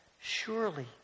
surely